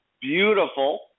beautiful